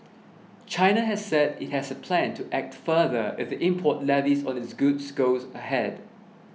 China has said it has a plan to act further if import levies on its goods goes ahead